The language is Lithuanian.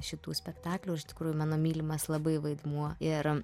šitų spektaklių iš tikrųjų mano mylimas labai vaidmuo ir